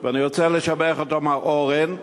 ואני רוצה לשבח אותו, מר אורן,